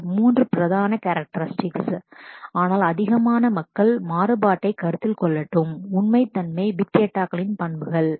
ஒரு 3 பிரதான கேரக்ஸ்ரிடிக்ஸ் ஆனால் அதிகமான மக்கள் மாறுபாட்டைக் variability கருத்தில் கொள்ளட்டும் உண்மைத் தன்மை பிக் டேட்டாகளின் பண்புகள்